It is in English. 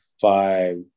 five